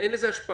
אין לזה השפעה.